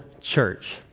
church